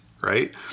right